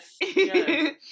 Yes